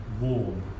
warm